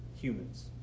humans